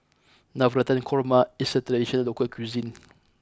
Navratan Korma is a traditional local cuisine